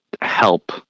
help